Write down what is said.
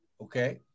Okay